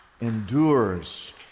endures